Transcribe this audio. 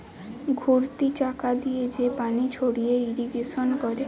ঘুরতি চাকা দিয়ে যে পানি ছড়িয়ে ইরিগেশন করে